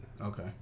Okay